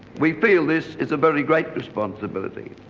well feel this is a very great responsibility.